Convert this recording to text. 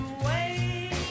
away